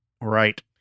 Right